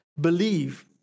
believe